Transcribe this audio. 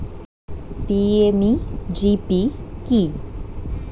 PMEGP কি?